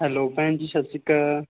hello ਭੈਣ ਜੀ ਸਤਿ ਸ਼੍ਰੀ ਅਕਾਲ